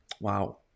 Wow